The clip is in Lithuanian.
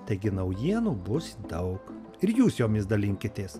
taigi naujienų bus daug ir jūs jomis dalinkitės